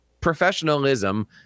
professionalism